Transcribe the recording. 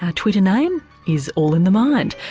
our twitter name is all in the mind.